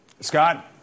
Scott